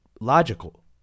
logical